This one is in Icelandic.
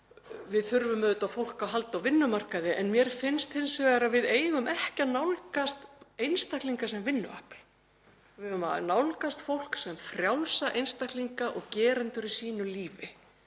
þurfum við á fólki að halda á vinnumarkaði. En mér finnst hins vegar að við eigum ekki að nálgast einstaklinga sem vinnuafl. Við eigum að nálgast fólk sem frjálsa einstaklinga og gerendur í sínu lífi,